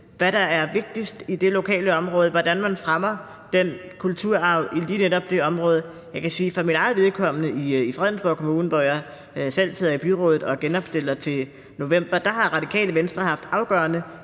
hvad der er vigtigst i det lokale område – hvordan man fremmer kulturarven i lige netop det område. Jeg kan sige for mit eget vedkommende, at i Fredensborg Kommune, hvor jeg selv sidder i byrådet og genopstiller til november, har Radikale Venstre haft afgørende